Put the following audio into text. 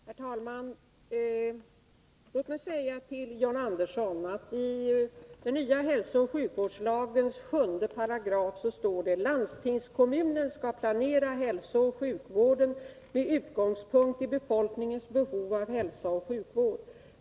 Herr talman! Låt mig säga till John Andersson att det i den nya hälsooch sjukvårdslagens 7 § står: ”Landstingskommunen skall planera hälsooch sjukvården med utgångspunkt i befolkningens behov av hälsooch sjukvård.